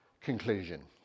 conclusion